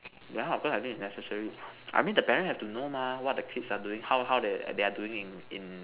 yeah of course I think it's necessary I mean the parents have to know mah what the kids are doing how how they they are doing in in